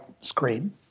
screen